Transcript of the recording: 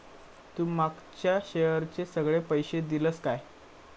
तू मागच्या शेअरचे सगळे पैशे दिलंस काय?